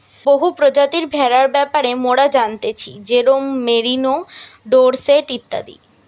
বহু প্রজাতির ভেড়ার ব্যাপারে মোরা জানতেছি যেরোম মেরিনো, ডোরসেট ইত্যাদি